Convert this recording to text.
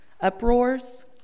uproars